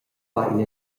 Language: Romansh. far